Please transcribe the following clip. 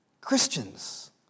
Christians